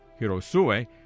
Hirosue